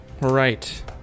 right